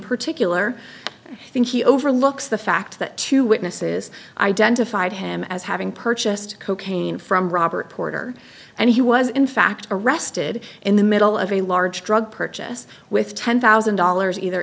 particular i think he overlooks the fact that two witnesses identified him as having purchased cocaine from robert porter and he was in fact arrested in the middle of a large drug purchase with ten thousand dollars either